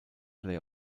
play